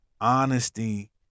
honesty